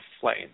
flame